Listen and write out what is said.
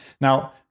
Now